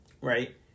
Right